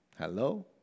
Hello